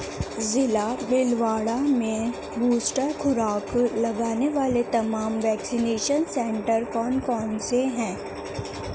ضلع بھلواڑہ میں بوسٹر خوراک لگانے والے تمام ویکسینیشن سینٹر کون کون سے ہیں